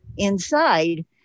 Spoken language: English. inside